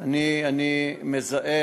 אני מזהה.